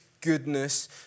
goodness